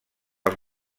els